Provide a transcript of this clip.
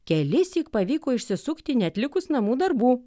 kelissyk pavyko išsisukti neatlikus namų darbų